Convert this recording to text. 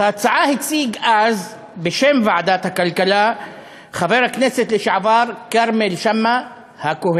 את ההצעה הציג אז בשם ועדת הכלכלה חבר הכנסת לשעבר כרמל שאמה-הכהן,